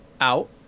out